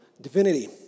Divinity